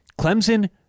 Clemson